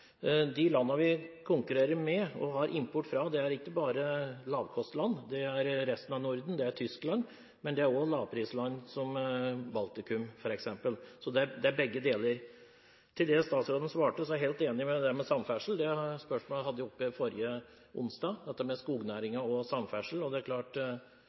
De landene vi konkurrerer med og importerer fra, er ikke bare lavkostland. Det er resten av Norden, det er Tyskland, men det er også lavprisland som Baltikum f.eks., så det er begge deler. Til det statsråden svarte: Jeg er helt enig i det med samferdsel. Det spørsmålet hadde jeg oppe forrige onsdag, dette med skognæringen og samferdsel. Skognæringen trenger et godt samferdselsnett, det er